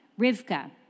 Rivka